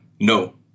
no